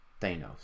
Thanos